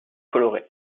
colorée